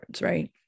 right